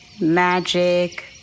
Magic